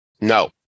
No